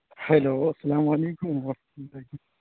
hello السلام علیکم و رحمۃ اللہ